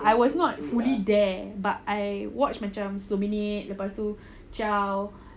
I was not fully there but I watch macam sepuluh minit lepas tu chao